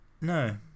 no